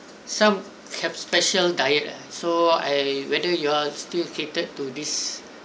some have special diet ah so I whether you are still catered to this